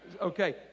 okay